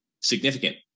significant